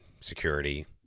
Security